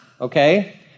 Okay